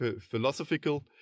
philosophical